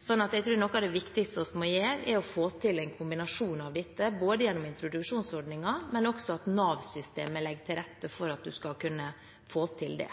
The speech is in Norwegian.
jeg tror at noe av det viktigste vi må gjøre, er å få til en kombinasjon av dette, både gjennom introduksjonsordningen og gjennom at Nav-systemet legger til rette for at en skal kunne få til det.